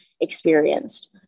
experienced